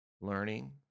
learning